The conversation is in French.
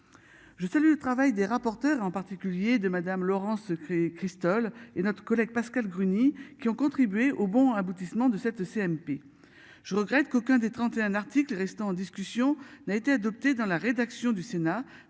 Je salue le travail des rapporteurs et en particulier de Madame, Laurence. Ce qui Christol et notre collègue Pascale Gruny qui ont contribué au bon aboutissement de cette CMP. Je regrette qu'aucun des 31 articles restant en discussion n'a été adopté dans la rédaction du Sénat